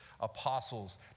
apostles